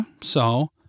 so